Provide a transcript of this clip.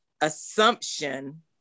assumption